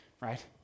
right